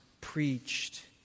preached